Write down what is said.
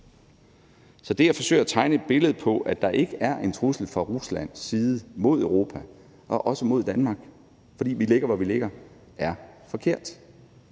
Så det at forsøge at tegne et billede af, at der ikke er en trussel fra Ruslands side mod Europa og også mod Danmark, fordi vi ligger der, hvor vi ligger, er forkert.